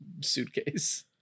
suitcase